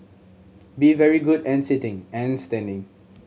be very good and sitting and standing